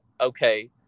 okay